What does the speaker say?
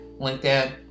linkedin